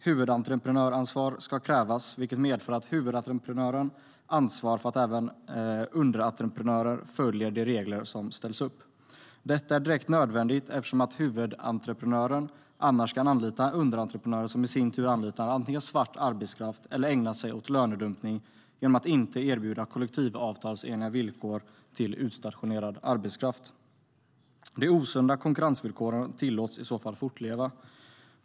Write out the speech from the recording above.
Huvudentreprenörsansvar ska krävas, vilket medför att huvudentreprenören ansvarar för att även underentreprenörer följer de regler som ställs upp. Detta är direkt nödvändigt eftersom huvudentreprenören annars kan anlita underentreprenörer som i sin tur anlitar antingen svart arbetskraft eller ägnar sig åt lönedumpning genom att inte erbjuda kollektivsavtalsenliga villkor till utstationerad arbetskraft. De osunda konkurrensvillkoren tillåts i så fall fortleva.